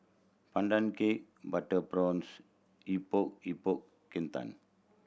Pandan Cake butter prawns Epok Epok Kentang